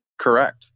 Correct